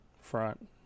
front